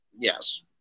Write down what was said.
yes